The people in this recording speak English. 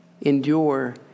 Endure